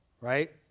right